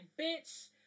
bitch